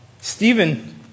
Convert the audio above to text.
Stephen